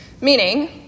meaning